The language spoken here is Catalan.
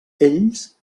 ells